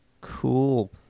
Cool